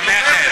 תומכת.